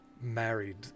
married